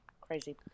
Crazy